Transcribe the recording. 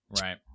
right